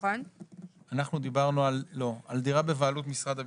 לא, אנחנו דיברנו על דירה בבעלות משרד הביטחון.